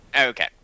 Okay